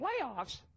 Playoffs